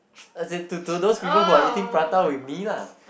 as in to to those people who are eating prata with me lah